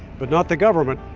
but not the government.